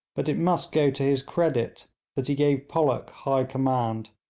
but it must go to his credit that he gave pollock high command,